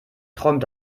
träumt